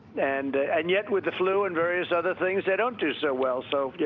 and and yet with the flu and various other things, they don't do so well. so,